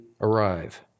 arrive